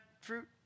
fruit